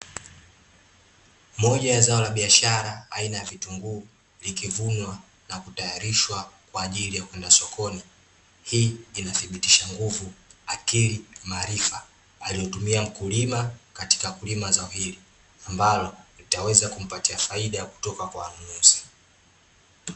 Moja ya zao la biashara, aina ya vitunguu likivunwa, na kutayarishwa , kwaajili ya kwenda sokoni. Hii inathibitisha nguvu, akili, maarifa aliyotumia mkulima, katika kulima zao hili ambalo litaweza kumpatia faida kutoka kwa wanunuzi.